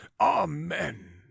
amen